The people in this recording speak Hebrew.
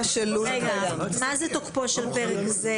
מה זה תוקפו של פרק זה?